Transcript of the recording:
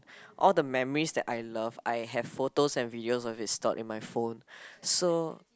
all the memories that I love I have photos and videos of it stored in my phone so